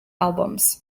albums